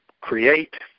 create